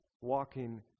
walking